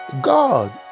god